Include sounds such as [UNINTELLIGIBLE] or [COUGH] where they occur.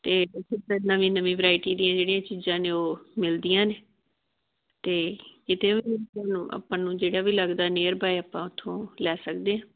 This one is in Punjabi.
ਅਤੇ ਉੱਥੇ ਫਿਰ ਨਵੀਂ ਨਵੀਂ ਵਰਾਇਟੀ ਦੀਆਂ ਜਿਹੜੀਆਂ ਚੀਜ਼ਾਂ ਨੇ ਉਹ ਮਿਲਦੀਆਂ ਨੇ ਅਤੇ ਕਿਤੇ [UNINTELLIGIBLE] ਆਪਾਂ ਨੂੰ ਜਿਹੜਾ ਵੀ ਲੱਗਦਾ ਨੀਅਰ ਬਾਏ ਆਪਾਂ ਉੱਥੋਂ ਲੈ ਸਕਦੇ